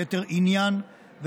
ביתר עניין,